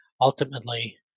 ultimately